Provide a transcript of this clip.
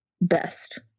best